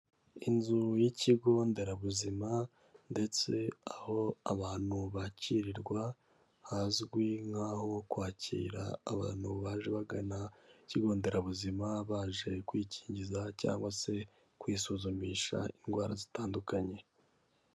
Inzu y'ikigo n derabuzima ndetse aho abantu bakirirwa hazwi nk'aho kwakira abantu baje bagana kigo nderabuzima baje